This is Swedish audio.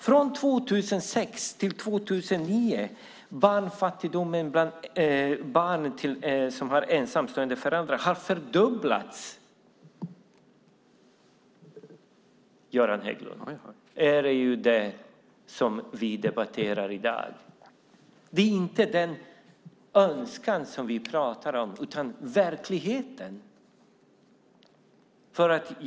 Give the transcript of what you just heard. Från 2006 till 2009 har barnfattigdomen bland barn till ensamstående föräldrar fördubblats, Göran Hägglund. Det är det som vi debatterar i dag. Det är inte en önskan som vi pratar om utan om verkligheten.